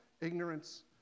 Ignorance